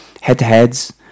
head-to-heads